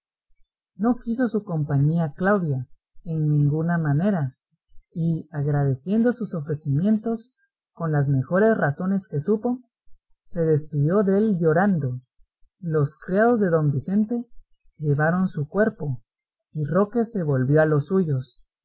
no quiso su compañía claudia en ninguna manera y agradeciendo sus ofrecimientos con las mejores razones que supo se despedió dél llorando los criados de don vicente llevaron su cuerpo y roque se volvió a los suyos